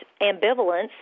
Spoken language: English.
ambivalence